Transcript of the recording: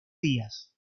días